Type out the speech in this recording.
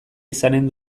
izanen